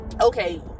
okay